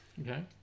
Okay